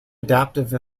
adaptive